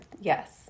Yes